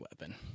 weapon